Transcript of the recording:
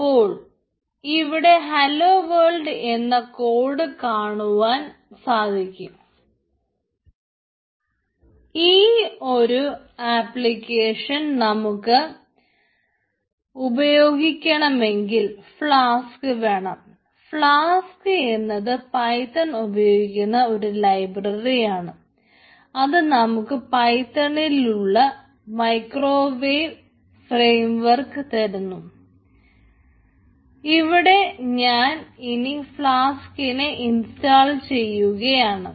അപ്പോൾ ഇവിടെ hello world എന്ന കോട് ചെയ്യുകയാണ്